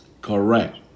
Correct